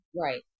Right